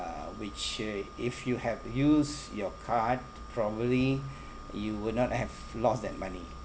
which uh if you have used your card probably you will not have lost that money